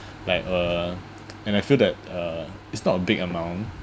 like uh and I feel that uh it's not a big amount